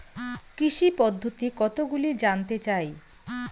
কৃষি পদ্ধতি কতগুলি জানতে চাই?